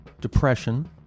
depression